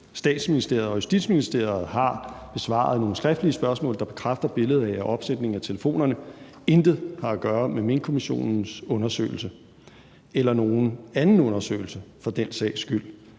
Statsministeriet og Justitsministeriet har besvaret nogle skriftlige spørgsmål, der bekræfter billedet af, at opsætningen af telefonerne intet har at gøre med Minkkommissionens undersøgelse, eller nogen anden undersøgelse for den sags skyld.